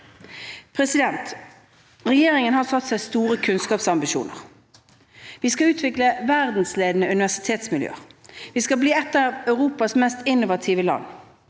fremtiden. Regjeringen har satt seg store kunnskapsambisjoner. Vi skal utvikle verdensledende universitetsmiljøer. Vi skal bli et av Europas mest innovative land.